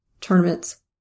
tournaments